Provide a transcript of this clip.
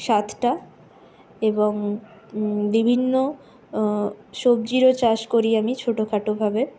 সাতটা এবং বিভিন্ন সবজিরও চাষ করি আমি ছোটোখাটোভাবে